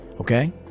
Okay